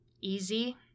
easy